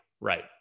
Right